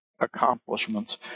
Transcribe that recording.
accomplishments